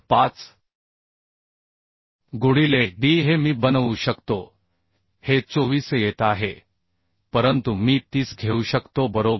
5 गुणिले d हे मी बनवू शकतो हे 24 येत आहे परंतु मी 30 घेऊ शकतो बरोबर